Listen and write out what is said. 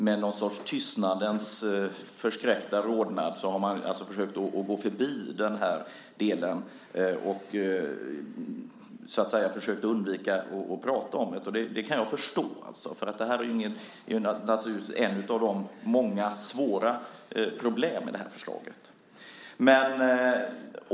Med någon sorts tystnadens förskräckta rodnad har man försökt att gå förbi den delen och undvikit att prata om problemet. Jag kan förstå det. Det är naturligtvis ett av de många svåra problemen i förslaget.